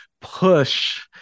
push